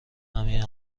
همین